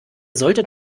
solltet